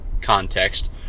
context